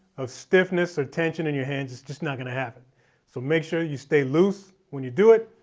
of stiffness or tension in your hands, it's just not gonna happen. so make sure you stay loose when you do it.